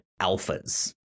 Alphas